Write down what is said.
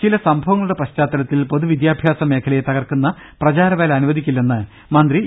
ചില സംഭവങ്ങളുടെ പശ്ചാത്തലത്തിൽ പൊതുവിദ്യാഭ്യാസ മേഖ ലയെ തകർക്കുന്ന പ്രചാരവേല അനുവദിക്കില്ലെന്ന് മന്ത്രി എ